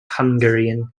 hungarian